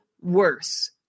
worse